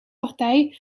partij